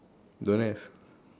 don't have